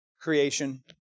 creation